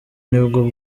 nibwo